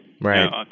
Right